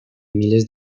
miles